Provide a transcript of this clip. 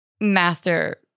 master